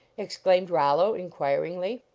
exclaimed rollo, inquiringly.